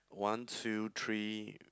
one two three